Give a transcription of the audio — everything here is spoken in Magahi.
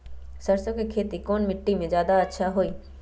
सरसो के खेती कौन मिट्टी मे अच्छा मे जादा अच्छा होइ?